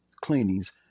cleanings